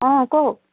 অ কওক